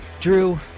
Drew